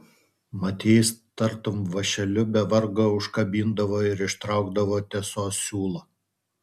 mat jais tartum vąšeliu be vargo užkabindavo ir ištraukdavo tiesos siūlą